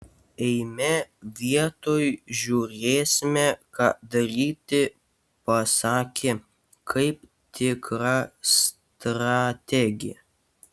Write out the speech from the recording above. eime vietoj žiūrėsime ką daryti pasakė kaip tikra strategė